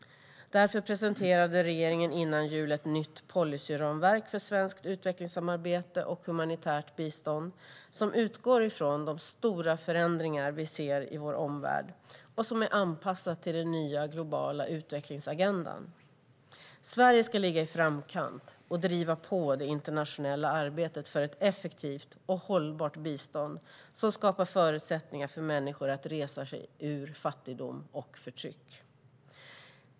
Därför presenterade regeringen före jul ett nytt policyramverk för svenskt utvecklingssamarbete och humanitärt bistånd som utgår från de stora förändringar vi ser i vår omvärld och som är anpassat till den nya globala utvecklingsagendan. Sverige ska ligga i framkant och driva på i det internationella arbetet för ett effektivt och hållbart bistånd som skapar förutsättningar för människor att resa sig ur fattigdom och förtryck.